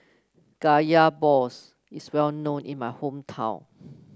Kaya Balls is well known in my hometown